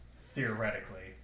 Theoretically